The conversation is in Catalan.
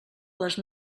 les